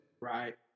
Right